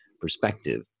perspective